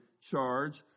charge